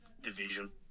division